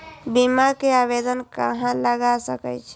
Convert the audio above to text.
बीमा के आवेदन कहाँ लगा सके छी?